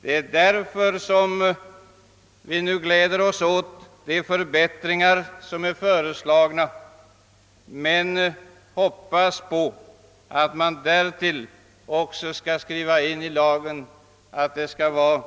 Det är därför som vi, samtidigt som vi gläder oss åt de förbättringar som föreslås, hoppas att det i lagen också skall skrivas in en passus om att huvudmännen